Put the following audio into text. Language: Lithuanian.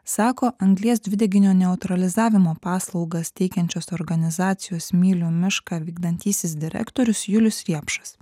sako anglies dvideginio neutralizavimo paslaugas teikiančios organizacijos myliu mišką vykdantysis direktorius julius riepšas